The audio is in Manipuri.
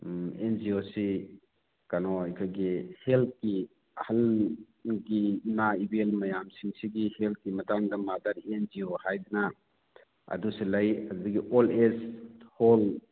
ꯑꯦꯟ ꯖꯤ ꯑꯣꯁꯤ ꯀꯩꯅꯣ ꯑꯩꯈꯣꯏꯒꯤ ꯍꯦꯜꯠꯒꯤ ꯑꯍꯜꯒꯤ ꯏꯃꯥ ꯏꯕꯦꯟ ꯃꯌꯥꯝꯁꯤꯡꯁꯤꯒꯤ ꯍꯦꯜꯠꯀꯤ ꯃꯇꯥꯡꯗ ꯃꯥꯗꯔ ꯑꯦꯟ ꯖꯤ ꯑꯣ ꯍꯥꯏꯗꯅ ꯑꯗꯨꯁꯨ ꯂꯩ ꯑꯗꯒꯤ ꯑꯣꯜ ꯑꯦꯖ ꯍꯣꯝ